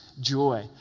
Joy